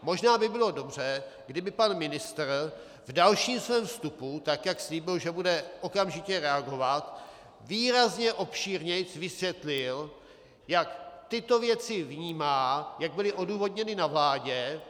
Možná by bylo dobře, kdyby pan ministr v dalším svém vstupu, tak jak slíbil, že bude okamžitě reagovat, výrazně obšírněji vysvětlil, jak tyto věci vnímá, jak byly odůvodněny na vládě.